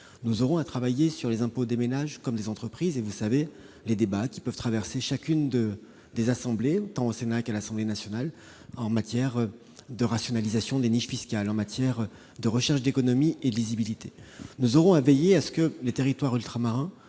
Nous aurons à travailler sur les impôts des ménages, comme sur ceux des entreprises. Vous savez les débats qui animent tant le Sénat que l'Assemblée nationale en matière de rationalisation des niches fiscales, de recherche d'économies et de lisibilité. Nous aurons à veiller à ce que les territoires ultramarins